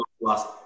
last